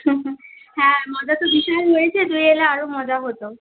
হ্যাঁ মজা তো বিশাল হয়েছে তুই এলে আরও মজা হত